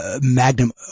magnum